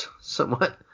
somewhat